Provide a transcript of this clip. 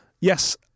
Yes